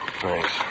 Thanks